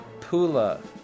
Pula